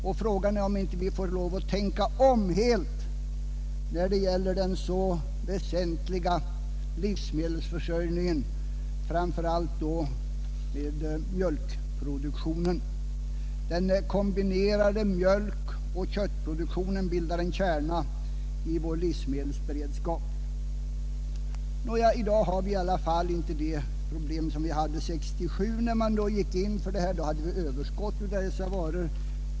Och frågan är om vi inte får lov att tänka om helt när det gäller den så väsentliga livsmedelsförsörjningen, framför allt då mjölkproduktionen. Den kombinerade mjölkoch köttproduktionen bildar kärnan i vår livsmedelsberedskap. Nåja, i dag har vi i alla fall inte det problem som vi hade 1967. Då hade vi överskott av dessa varor.